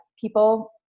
people –